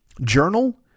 journal